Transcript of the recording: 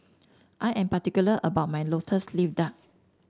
I am particular about my lotus leaf duck